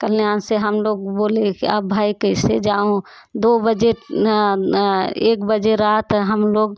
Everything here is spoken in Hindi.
कल्याण से हम लोग बोले कि अब भाई कैसे जाऊँ दो बजे एक बजे रात हम लोग